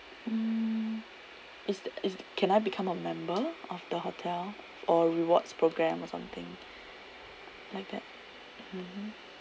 mm is th~ is can I become a member of the hotel or rewards programme or something like that um